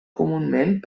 comunament